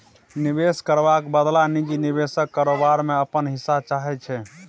निबेश करबाक बदला निजी निबेशक कारोबार मे अपन हिस्सा चाहै छै